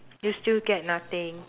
you'll still get nothing